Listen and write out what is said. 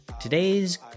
today's